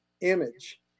image